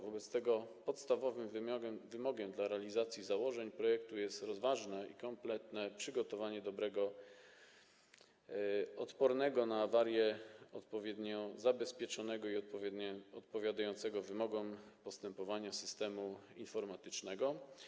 Wobec tego podstawowym wymogiem dla realizacji założeń projektu jest rozważne i kompletne przygotowanie dobrego, odpornego na awarie, odpowiednio zabezpieczonego i odpowiadającego wymogom postępowania systemu informatycznego.